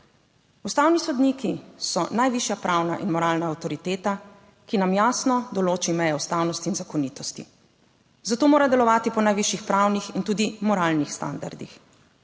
Ustavni sodniki so najvišja pravna in moralna avtoriteta, ki nam jasno določi meje ustavnosti in zakonitosti, za to mora delovati po najvišjih pravnih in tudi moralnih standardih.